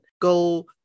go